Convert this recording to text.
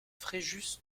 fréjus